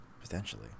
potentially